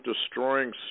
destroying